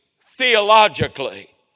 theologically